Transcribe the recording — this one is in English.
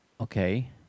okay